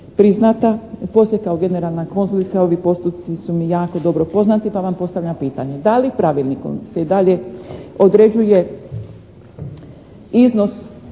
priznata, poslije kao generalna konzulica, ovi postupci su mi jako dobro poznati pa vam postavljam pitanje. Da li pravilnikom se i dalje određuje iznos